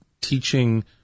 teaching